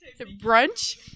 Brunch